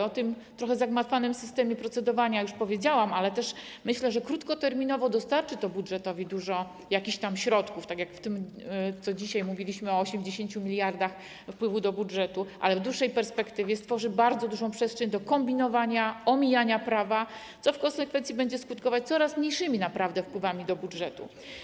O tym, trochę zagmatwanym, systemie procedowania już powiedziałam, ale też myślę, że krótkoterminowo dostarczy to budżetowi dużo środków, tak jak w przypadku tego, o czym dzisiaj mówiliśmy - o 80 mld wpływów do budżetu - ale w dłuższej perspektywie stworzy to bardzo dużą przestrzeń do kombinowania, omijania prawa, co w konsekwencji będzie skutkować coraz mniejszymi wpływami do budżetu.